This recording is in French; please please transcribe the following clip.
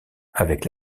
avec